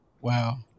Wow